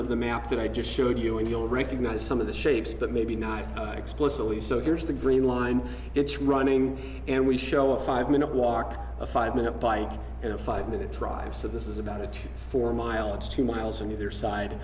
of the map that i just showed you and you'll recognize some of the shapes but maybe not explicitly so here's the green line it's running and we show a five minute walk a five minute bike and a five minute drive so this is about a four mile it's two miles on your side